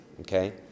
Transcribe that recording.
Okay